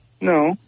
No